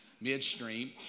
midstream